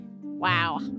Wow